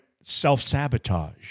self-sabotage